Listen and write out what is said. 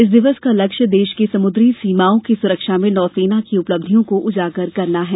इस दिवस का लक्ष्य देश की समुद्री सीमाओँ की सुरक्षा में नौसेना की उपलब्धियों को उजागर करना है